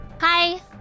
Hi